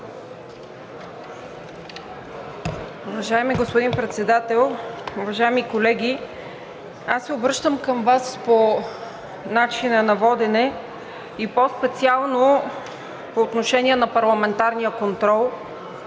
Уважаеми господин Председател, уважаеми колеги! Аз се обръщам към Вас по начина на водене и по-специално по отношение на парламентарния контрол,